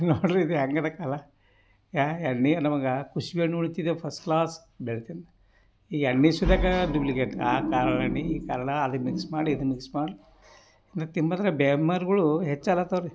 ನೋಡಿ ರೀ ಇದು ಹೇಗ್ ಅದ ಕಾಲ ಯಾ ಎಣ್ಣೆ ಅನ್ನುವಾಗಾ ಕುಸುಬಿ ಎಣ್ಣೆ ಉಣ್ತಿದ್ದೇವ್ ಫಸ್ಟ್ ಕ್ಲಾಸ್ ಬೆಳಿತೀವಿ ಈಗ ಎಣ್ಣೆ ಸುರಿಯಾಕಾ ಡುಬ್ಲಿಕೇಟ್ ಆ ಕಾಳು ಎಣ್ಣೆ ಈ ಕಾಳು ಅದನ್ನು ಮಿಕ್ಸ್ ಮಾಡಿ ಇದನ್ನು ಮಿಕ್ಸ್ ಮಾಡಿ ತಿಂಬದ್ರ ಬೆಮ್ಮಾರ್ಗುಳೂ ಹೆಚ್ಚು ಆಗ್ಲತ್ತವ್ ರೀ